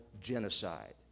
genocide